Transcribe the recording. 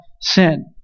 sin